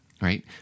right